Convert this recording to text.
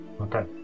Okay